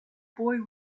boy